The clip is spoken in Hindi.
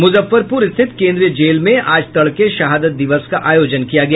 मुजफ्फरपुर स्थित केन्द्रीय जेल में आज तड़के शहादत दिवस का आयोजन किया गया